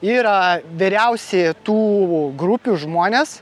yra vyriausi tų grupių žmonės